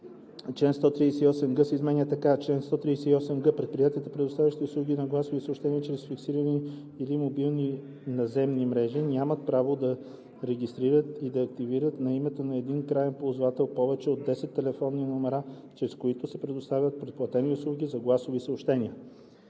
Член 138г се изменя така: „Чл. 138г. Предприятията, предоставящи услуги за гласови съобщения чрез фиксирани или мобилни наземни мрежи, нямат право да регистрират и да активират на името на един краен ползвател повече от 10 телефонни номера, чрез които се предоставят предплатени услуги за гласови съобщения.“